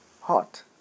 Hot